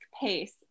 pace